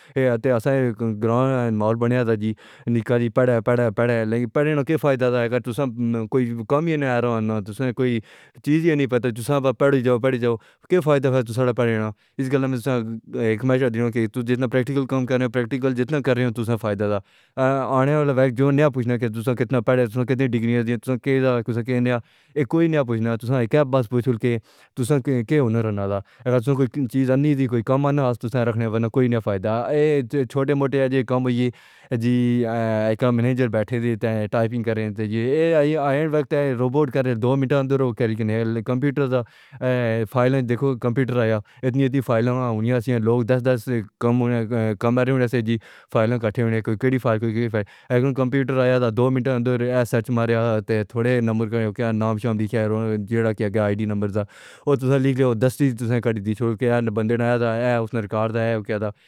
اے تے اساں نے گراں دا ماحول بنیاں دا جی نکا پڑھے پڑھے لیکن پڑھنے ناں کی فائدہ؟ تساں کوئی کام ہی نہیں آنڑا یارو، تساں کوئی چیز ہی نہیں پتہ، تساں پڑھی جاؤ پڑھی جاؤ کے فائدہ فر تساں نے پڑھنے ناں۔ اِس گلاں میں تساں مشورہ دیاں کہ تو جتنا پریکٹیکل پریکٹیکل کرنے سے تساں فائدہ دا۔ آنڑے آلا وقت یو نیاں پوچھنا کہ تس کتنا پڑھیا، تس کتنی ڈگریاں ہندیاں تساں کے ہاں، تساں کے نیاں۔ اے کوئی نیاں پوچھنا۔ تساں ایکے گل بس پوچھسن کہ تساں کے ہنر ہے آنڑاں یارو، تساں کوئی چیز آنی جے؟ تساں کوئی کام آنا ہے تے تساں رکھنے آں، ورنہ کوئی نیاں فائدہ۔ آہا، اے چھوٹے موٹے کام ہوئی گے جی۔ اے اے کام منیجر بیٹھے دے ٹائیپنگ کرنے جے۔ اے او وقت ہے، اے کام ربورٹ دو منٹاں اندر کرنے جی۔ کمپیوٹر دا اے اے فائلاں دیکھو، کمپیوٹر آیا۔ پہلے اتنی اتنی فائلاں ہونیاسن، تے دس دس لوگ کام کرنے ہونڑےسن۔ فائلاں کٹھیاں ہوڑیاں سن، کوئی کیڑی کوئی کیڑی فائل۔ ایک کمپیوٹر آیا، دو منٹاں اندر اے سرچ ماریا، تھوڑے جے نمبر انٹر کرنے آں، نام شام لکھیا جیڑا کہ آگے آئی ڈی نمبر سا اُس تساں لکھ دیو، تے اُو تساں دستی کڈی دے چھوڑ سی۔ اے بندہ ہے، تے اے بندے دا ریکارڈ۔